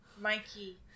Mikey